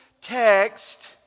text